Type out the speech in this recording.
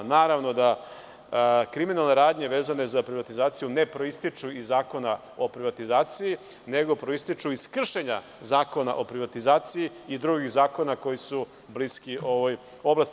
Naravno da kriminalne radnje vezane za privatizaciju ne proističu iz Zakona o privatizaciji, nego proističu iz kršenja Zakona o privatizaciji i drugih zakona koji su bliski ovoj oblasti.